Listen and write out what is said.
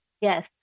Yes